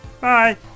Bye